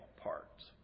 parts